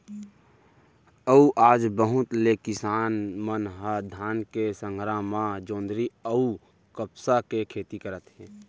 अउ आज बहुत ले किसान मन ह धान के संघरा म जोंधरी अउ कपसा के खेती करत हे